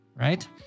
right